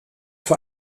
vor